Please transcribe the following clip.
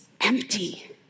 empty